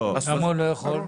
למה הוא לא יכול?